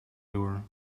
door